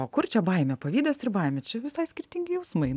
o kur čia baimė pavydas ir baimė čia visai skirtingi jausmai